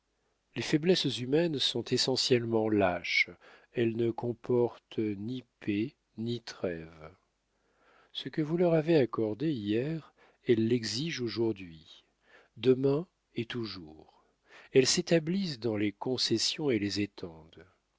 les faiblesses humaines sont essentiellement lâches elles ne comportent ni paix ni trêve ce que vous leur avez accordé hier elles l'exigent aujourd'hui demain et toujours elles s'établissent dans les concessions et les étendent